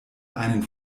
einen